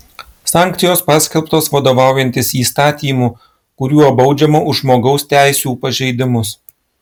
sankcijos paskelbtos vadovaujantis įstatymu kuriuo baudžiama už žmogaus teisių pažeidimus